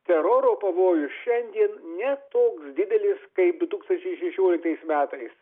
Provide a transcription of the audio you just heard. teroro pavojus šiandien ne toks didelis kaip du tūkstančiai šešioliktais metais